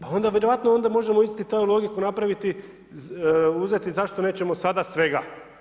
Pa onda vjerojatno onda možemo istu tu logiku napraviti, uzeti zašto nećemo sada svega?